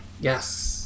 yes